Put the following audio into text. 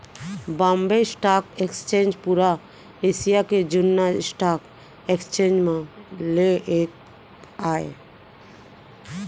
Bombay stock exchange पुरा Asia के जुन्ना स्टॉक एक्सचेंज म ले एक आय